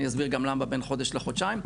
אני אסביר גם למה בין חודש לחודשיים,